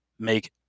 make